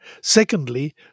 Secondly